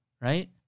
right